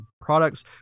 products